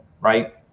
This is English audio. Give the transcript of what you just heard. right